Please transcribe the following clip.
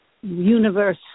universe